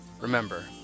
Remember